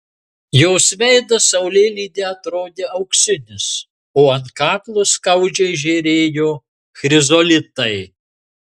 jos veidas saulėlydyje atrodė auksinis o ant kaklo skaudžiai žėrėjo chrizolitai